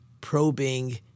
probing